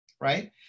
right